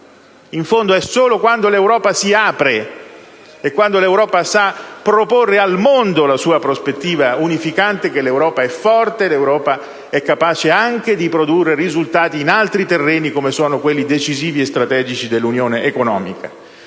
nazionale. Solo quando si apre e sa proporre al mondo la sua prospettiva unificante, l'Europa è forte ed è capace anche di produrre risultati in altri terreni, come quelli decisivi e strategici dell'unione economica.